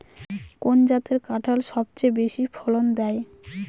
কোন জাতের কাঁঠাল সবচেয়ে বেশি ফলন দেয়?